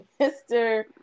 Mr